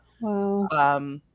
Wow